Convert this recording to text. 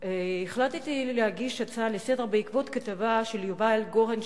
החלטתי להגיש הצעה לסדר-היום בעקבות כתבה של יובל גורן,